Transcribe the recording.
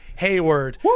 Hayward